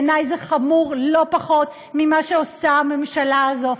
בעיני זה חמור לא פחות ממה שעושה הממשלה הזאת,